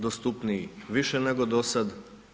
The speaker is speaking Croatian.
Dostupniji više nego dosad.